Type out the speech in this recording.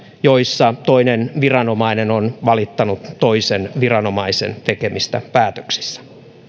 joissa toinen viranomainen on valittanut toisen viranomaisen tekemistä päätöksistä